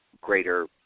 greater